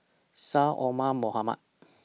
Syed Omar Mohamed